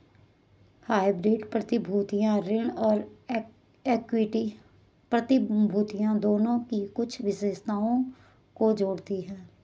hybrid प्रतिभूतियां ऋण और इक्विटी प्रतिभूतियों दोनों की कुछ विशेषताओं को जोड़ती हैं